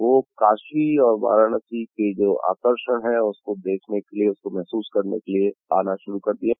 वह काशी और वाराणसी के जो आकर्षण हैं उसको देखने के लिये उसको महसूस करने के लिये आना शुरू कर दिये हैं